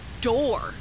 door